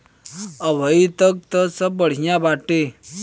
अबहीं तक त सब बढ़िया बाटे